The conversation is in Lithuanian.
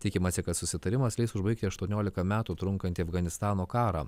tikimasi kad susitarimas leis užbaigti aštuoniolika metų trunkantį afganistano karą